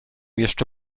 jeszcze